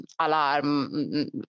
alarm